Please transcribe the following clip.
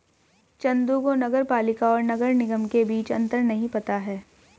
चंदू को नगर पालिका और नगर निगम के बीच अंतर नहीं पता है